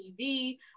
tv